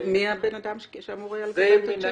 מי הבן אדם שאמור היה להתחתן שם?